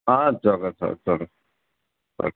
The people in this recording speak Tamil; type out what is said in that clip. ah it's okay sir it's okay okay